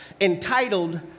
entitled